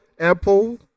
Apple